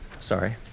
sorry